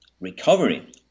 recovery